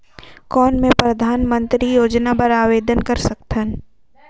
कौन मैं परधानमंतरी योजना बर आवेदन कर सकथव?